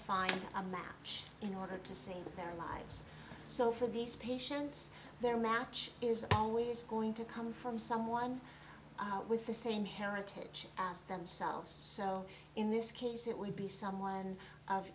find a match in order to save their lives so for these patients their match is always going to come from someone with the same heritage as themselves so in this case it would be someone of